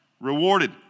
rewarded